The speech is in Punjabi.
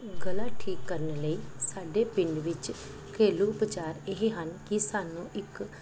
ਗਲਾ ਠੀਕ ਕਰਨ ਲਈ ਸਾਡੇ ਪਿੰਡ ਵਿੱਚ ਘਰੇਲੂ ਉਪਚਾਰ ਇਹ ਹਨ ਕਿ ਸਾਨੂੰ ਇੱਕ